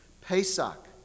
Pesach